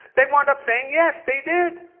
they wound up saying yes, they did.